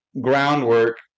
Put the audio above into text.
groundwork